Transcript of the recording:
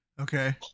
Okay